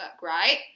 right